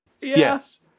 Yes